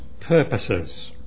purposes